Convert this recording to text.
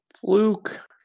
Fluke